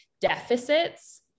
deficits